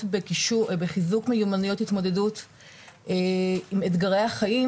בחיזוק מיומנויות התמודדות עם אתגרי החיים,